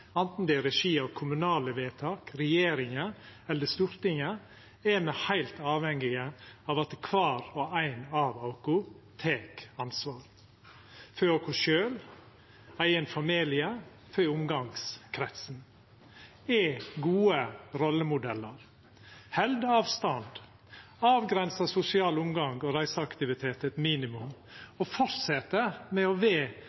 regi av kommunale vedtak, regjeringa eller Stortinget, er me heilt avhengige av at kvar og ein av oss tek ansvar – for oss sjølve, for eigen familie, for omgangskretsen – er gode rollemodellar og held avstand, avgrensar sosial omgang og reiseaktivitet til eit